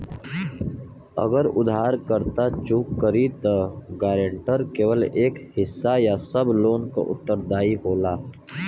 अगर उधारकर्ता चूक करि त गारंटर केवल एक हिस्सा या सब लोन क उत्तरदायी होला